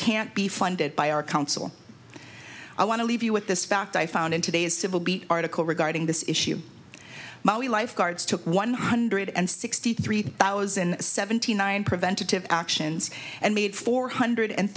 can't be funded by our council i want to leave you with this fact i found in today's civil beat article regarding this issue my lifeguards took one hundred and sixty three thousand seventy nine preventative actions and made four hundred